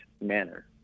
manner